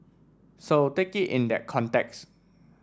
so take it in that context